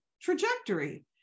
trajectory